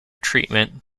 treatment